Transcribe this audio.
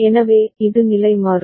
எனவே இது நிலைமாறும்